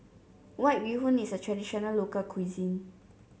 White Bee Hoon is a traditional local cuisine